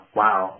wow